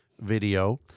video